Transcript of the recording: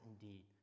indeed